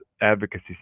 advocacy